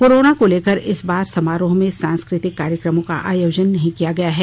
corona को लेकर इस बार समारोह में सांस्कृतिक कार्यक्रम का आयोजन नहीं किया गया है